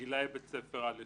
גילאי בית ספר על יסודי.